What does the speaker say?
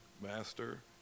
Master